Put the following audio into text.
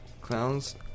Clowns